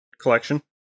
Collection